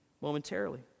momentarily